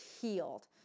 healed